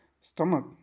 stomach